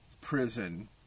prison